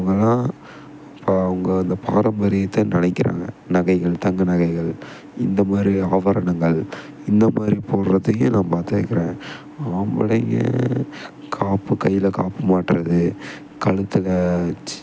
அவங்களாம் இப்போ அவங்க அந்த பாரம்பரியத்தை நினைக்கிறாங்க நகைகள் தங்க நகைகள் இந்த மாதிரி ஆபரணங்கள் இந்தமாதிரி போடுறதையும் நான் பார்த்துருக்குறேன் ஆம்பாளைங்க காப்பு கையில் காப்பு மாட்டுறது கழுத்துல ச்